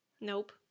Nope